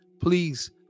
please